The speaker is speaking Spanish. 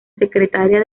secretaria